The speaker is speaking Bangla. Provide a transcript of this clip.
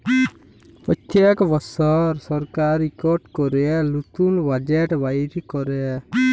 প্যত্তেক বসর সরকার ইকট ক্যরে লতুল বাজেট বাইর ক্যরে